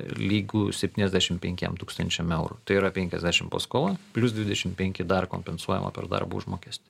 lygų septyniasdešimt penkiem tūkstančiam eurų tai yra penkiasdešimt paskola plius dvidešimt penki dar kompensuojama per darbo užmokestį